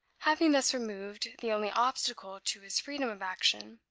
having thus removed the only obstacle to his freedom of action,